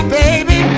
baby